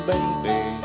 Baby